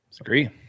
Agree